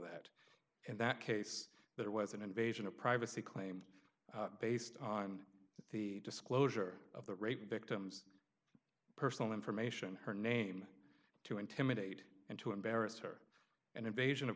that in that case that it was an invasion of privacy claim based on the disclosure of the rape victims personal information her name to intimidate and to embarrass her and invasion of